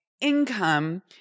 income